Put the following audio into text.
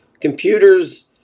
computers